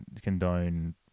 condone